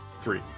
Three